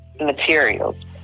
materials